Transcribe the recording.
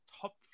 top